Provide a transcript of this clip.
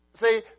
See